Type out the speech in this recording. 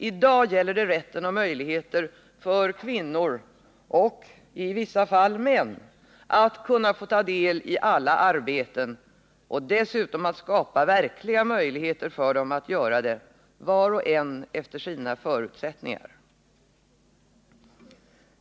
I dag gäller det rätten och möjligheten för kvinnor — och i vissa fall män — att kunna få ta del ialla arbeten och dessutom skapa verkliga möjligheter för dem att göra det var och en efter sina förutsättningar.